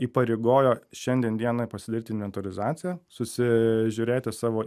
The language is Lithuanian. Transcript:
įpareigojo šiandien dienai pasidaryt inventorizaciją susižiūrėti savo